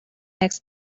next